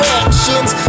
actions